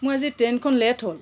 মোৰ আজি ট্ৰে'নখন লেট হ'ল